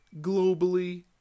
globally